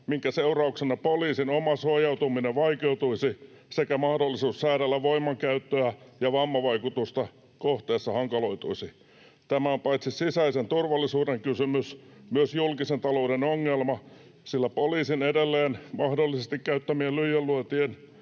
minkä seurauksena poliisin oma suojautuminen vaikeutuisi sekä mahdollisuus säädellä voimankäyttöä ja vammavaikutusta kohteessa hankaloituisi. Tämä on paitsi sisäisen turvallisuuden kysymys myös julkisen talouden ongelma, sillä poliisin edelleen mahdollisesti käyttämien lyijyluotien